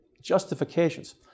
justifications